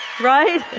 Right